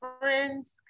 friends